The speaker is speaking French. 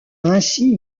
ainsi